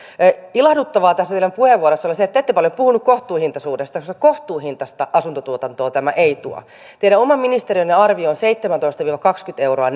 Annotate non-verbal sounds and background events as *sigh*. ilahduttavaa tässä teidän puheenvuorossanne oli se että te ette paljon puhunut kohtuuhintaisuudesta koska kohtuuhintaista asuntotuotantoa tämä ei tuo teidän oman ministeriönne arvio on seitsemäntoista viiva kaksikymmentä euroa *unintelligible*